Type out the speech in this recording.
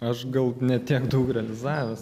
aš gal ne tiek daug realizavęs